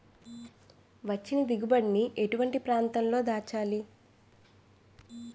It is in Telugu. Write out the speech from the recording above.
వచ్చిన దిగుబడి ని ఎటువంటి ప్రాంతం లో దాచాలి?